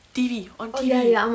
T_V on T_V